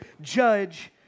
judge